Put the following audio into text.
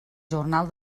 jornal